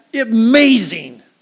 amazing